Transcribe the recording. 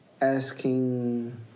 asking